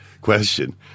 question